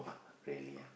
uh really ah